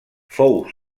fou